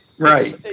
Right